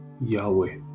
Yahweh